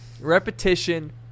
repetition